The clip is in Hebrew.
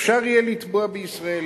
אפשר יהיה לתבוע בישראל,